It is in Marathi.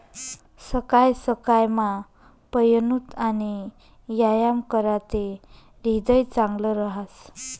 सकाय सकायमा पयनूत आणि यायाम कराते ह्रीदय चांगलं रहास